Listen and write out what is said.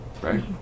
right